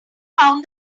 found